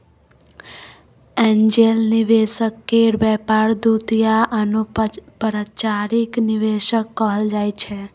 angel निवेशक केर व्यापार दूत या अनौपचारिक निवेशक कहल जाइ छै